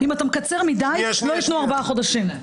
אם אתה מקצר מדי, לא ייתנו ארבעה חודשים.